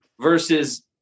versus